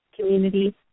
community